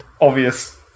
Obvious